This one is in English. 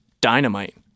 dynamite